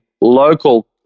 local